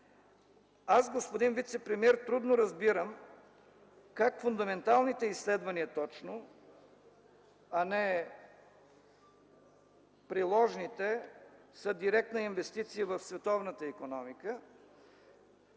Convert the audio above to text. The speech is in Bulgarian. Аз, господин вицепремиер, трудно разбирам как точно фундаменталните изследвания, а не приложните, са директна инвестиция в световната икономика.